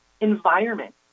environment